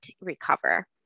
recover